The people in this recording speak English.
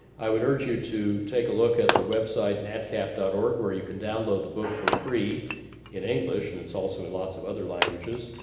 i would urge you to take a look at the website natcap dot org where you can download the book for free in english, and it's also in lots of other languages.